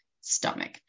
stomach